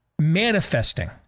manifesting